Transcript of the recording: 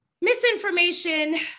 misinformation